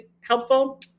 helpful